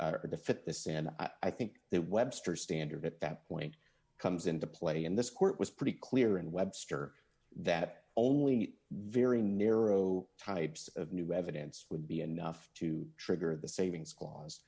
and i think that webster standard at that point comes into play and this court was pretty clear in webster that only very narrow types of new evidence would be enough to trigger the savings